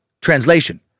Translation